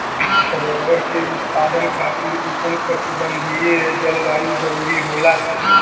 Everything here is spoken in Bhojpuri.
रबर के उत्पादन खातिर उष्णकटिबंधीय जलवायु जरुरी होला